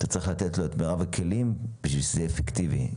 אתה צריך לתת את מרב הכלים בשביל שזה יהיה אפקטיבי.